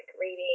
reading